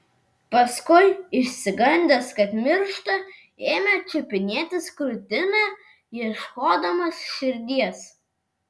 paskui išsigandęs kad miršta ėmė čiupinėtis krūtinę ieškodamas širdies